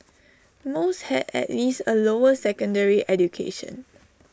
most had at least A lower secondary education